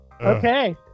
Okay